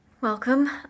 welcome